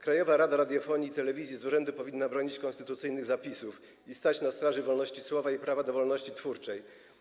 Krajowa Rada Radiofonii i Telewizji z urzędu powinna bronić konstytucyjnych zapisów i stać na straży wolności słowa i prawa do wolności twórczej.